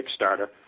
Kickstarter